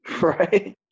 Right